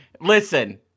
listen